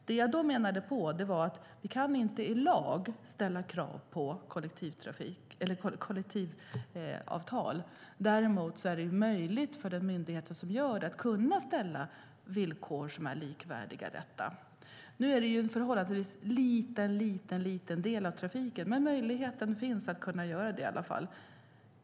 Det jag menade på var att vi inte i lag kan ställa krav på kollektivavtal. Däremot är det möjligt för de myndigheter som gör det att ställa villkor som är likvärdiga. Nu är det fråga om en förhållandevis liten del av trafiken, men möjligheten finns i alla fall att göra det.